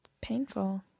painful